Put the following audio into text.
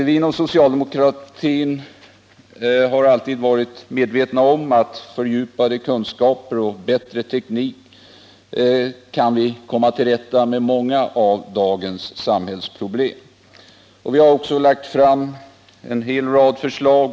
Vi inom socialdemokratin har alltid varit medvetna om att vi med fördjupade kunskaper och bättre teknik kan komma till rätta med många av dagens samhällsproblem. Vi har också lagt fram en hel rad förslag.